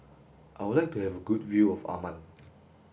I would like to have a good view of Amman